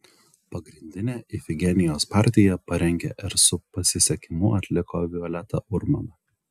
pagrindinę ifigenijos partiją parengė ir su pasisekimu atliko violeta urmana